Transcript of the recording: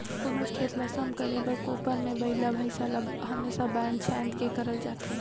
कोनोच खेत ल सम करे बर कोपर मे बइला भइसा ल हमेसा बाएध छाएद के करल जाथे